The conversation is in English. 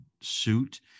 suit